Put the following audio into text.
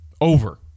over